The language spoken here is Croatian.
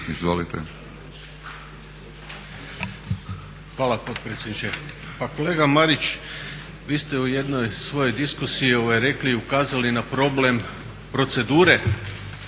Hvala potpredsjedniče. Pa kolega Marić, vi ste u jednoj svojoj diskusiji rekli, ukazali na problem procedure